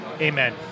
Amen